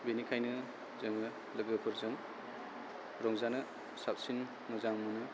बिनिखायनो जों लोगोफोरजों रंजानो साबसिन मोजां मोनो